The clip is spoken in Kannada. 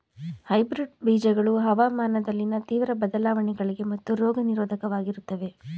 ಹೈಬ್ರಿಡ್ ಬೀಜಗಳು ಹವಾಮಾನದಲ್ಲಿನ ತೀವ್ರ ಬದಲಾವಣೆಗಳಿಗೆ ಮತ್ತು ರೋಗ ನಿರೋಧಕವಾಗಿರುತ್ತವೆ